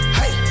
hey